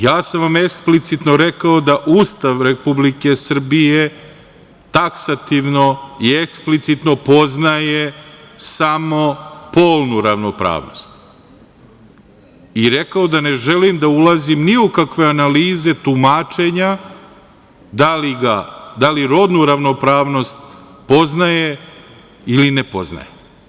Ja sam vam eksplicitno rekao, da Ustav Republike Srbije taksativno i eksplicitno poznaje samo polnu ravnopravnost i rekao da ne želim da ulazim ni u kakve analize tumačenja, da li rodnu ravnopravnost poznaje ili ne poznaje.